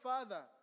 Father